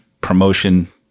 promotion